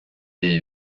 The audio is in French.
est